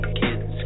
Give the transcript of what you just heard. kids